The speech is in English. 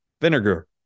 vinegar